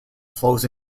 flows